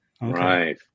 Right